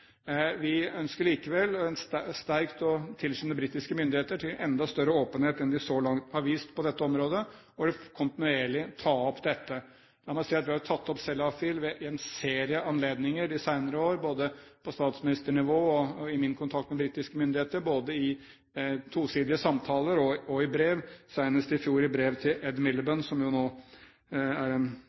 Vi ønsker likevel sterkt å tilskynde britiske myndigheter til enda større åpenhet enn de så langt har vist på dette området, og vil kontinuerlig ta opp dette. Vi har tatt opp Sellafield ved en serie anledninger de senere år, både på statsministernivå og i min kontakt med britiske myndigheter – både i tosidige samtaler og i brev, senest i fjor i brev til Ed Miliband, som nå har kommet enda høyere opp i systemet i Storbritannia, men som da var ansvarlig for dette. Når alt dette er